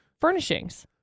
furnishings